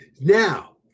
Now